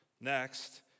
Next